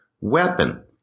weapon